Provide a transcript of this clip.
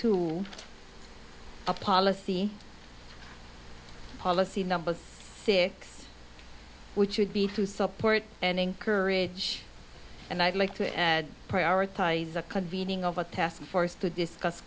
to a policy policy number six which would be to support and encourage and i'd like to add prioritize a convening of a task force to discuss